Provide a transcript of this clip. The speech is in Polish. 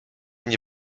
nie